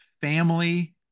family